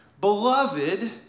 Beloved